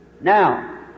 Now